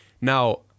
Now